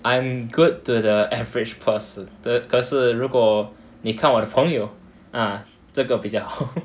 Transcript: I am good to the average person 可是如果你看我的朋友 ah 这个比较好